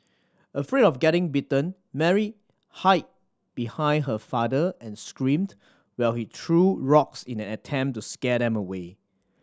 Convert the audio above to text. afraid of getting bitten Mary hide behind her father and screamed while he threw rocks in an attempt to scare them away